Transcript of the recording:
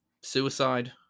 suicide